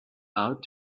out